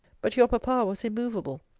but your papa was immovable,